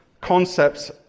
concepts